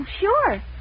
Sure